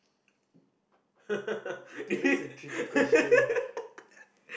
do you